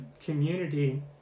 community